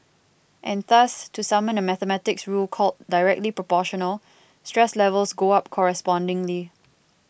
and thus to summon a mathematics rule called Directly Proportional stress levels go up correspondingly